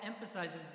emphasizes